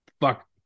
Fuck